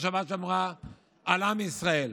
השבת שמרה על עם ישראל.